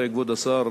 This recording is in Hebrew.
הרי כבוד השר,